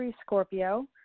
Scorpio